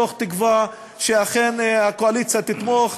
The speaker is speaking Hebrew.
מתוך תקווה שאכן הקואליציה תתמוך,